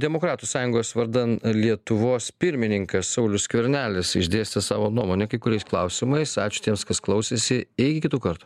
demokratų sąjungos vardan lietuvos pirmininkas saulius skvernelis išdėstė savo nuomonę kai kuriais klausimais ačiū tiems kas klausėsi iki kitų kartų